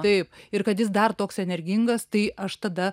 taip ir kad jis dar toks energingas tai aš tada